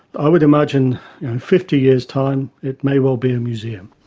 i would imagine in fifty years time it may well be a museum.